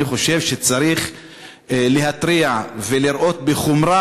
אני חושב שצריך להתריע ולראות בחומרה